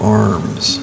arms